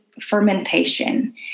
fermentation